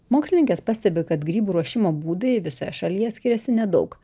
mokslininkės pastebi kad grybų ruošimo būdai visoje šalyje skiriasi nedaug